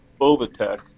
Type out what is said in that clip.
Bovatech